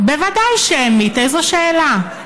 בוודאי שמית, איזו שאלה.